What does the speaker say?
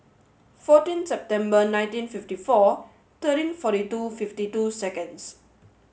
fourteen September ninteen fifty four thirteen forty two fifty two seconds